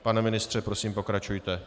Pane ministře, prosím, pokračujte.